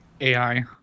AI